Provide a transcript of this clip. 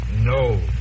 No